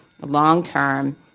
long-term